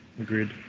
Agreed